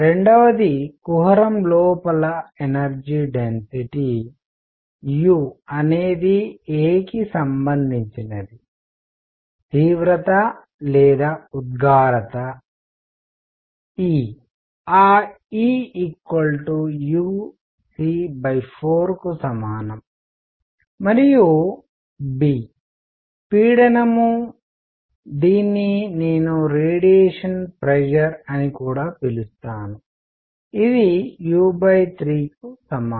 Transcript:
రెండవది కుహరం లోపల ఎనర్జీ డెన్సిటీ శక్తి సాంద్రత u అనేది a కి సంబంధించినది తీవ్రత లేదా ఉద్గారత E ఆ E uc4 కు సమానం మరియు b పీడనం దీన్ని నేను రేడియేషన్ ప్రెషర్ అని కూడా పిలుస్తాను ఇది u3 కు సమానం